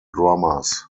drummers